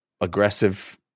aggressive